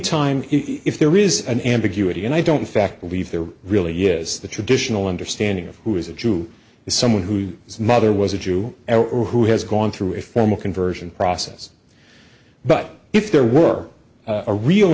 time if there is an ambiguity and i don't fact believe there really is the traditional understanding of who is a jew is someone whose mother was a jew or who has gone through a formal conversion process but if there were a real